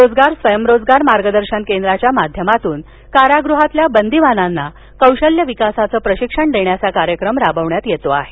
रोजगार स्वयंरोजगार मार्गदर्शन केद्राच्या माध्यमातून कारागृहातील बंदीवानांना कौशल्य विकासाचे प्रशिक्षण देण्याचा कार्यक्रम राबवण्यात येतो आहे